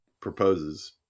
proposes